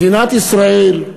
מדינת ישראל,